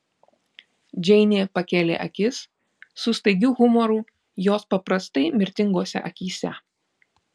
džeinė pakėlė akis su staigiu humoru jos paprastai mirtingose akyse